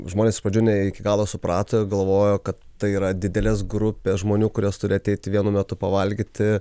žmonės ne iki galo suprato galvojo kad tai yra didelės grupės žmonių kurios turi ateiti vienu metu pavalgyti